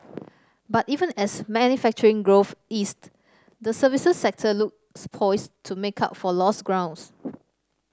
but even as manufacturing growth eased the services sector looks poised to make up for lost grounds